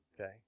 Okay